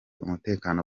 umutekano